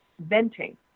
venting